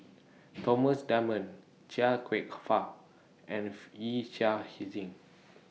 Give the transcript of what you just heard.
Thomas Dunman Chia Kwek Fah and Yee Chia Hsing